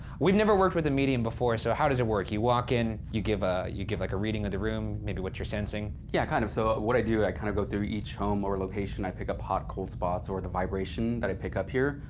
we've never worked with a medium before, so how does it work? you walk in, you give ah you give like a reading of the room, maybe what you're sensing? yeah, kind of. so, what i do, i kind of go through each home or location, i pick up hot and cold spots, or the vibration that i pick up here.